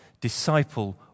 disciple